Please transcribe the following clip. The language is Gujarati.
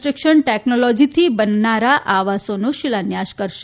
યક્શન ટેકનોલોજીથી બનનારા આવાસોનો શિલાન્યાસ કરાશે